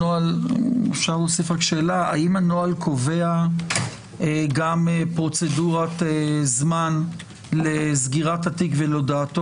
האם הנוהל קובע גם פרוצדורת זמן לסגירת התיק ולהודעתו